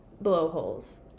blowholes